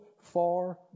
far